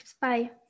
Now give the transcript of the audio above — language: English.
bye